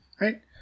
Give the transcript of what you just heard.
right